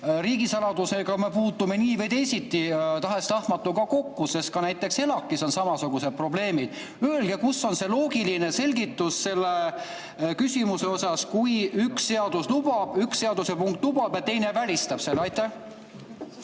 Riigisaladusega me puutume nii või teisiti ja tahes-tahtmata kokku, sest ka näiteks ELAK‑is on samasugused probleemid. Kus on see loogiline selgitus selle küsimuse puhul, kui üks seadus, üks seaduse punkt lubab seda, aga teine välistab selle? Aitäh,